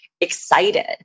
excited